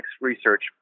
research